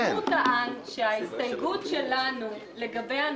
חבל שלא נמצא